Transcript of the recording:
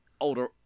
Older